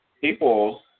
people